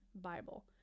Bible